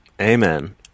Amen